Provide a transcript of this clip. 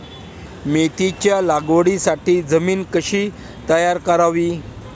मेथीच्या लागवडीसाठी जमीन कशी तयार करावी?